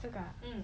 这个啊